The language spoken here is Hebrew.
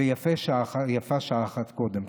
ויפה שעה אחת קודם.